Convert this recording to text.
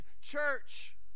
Church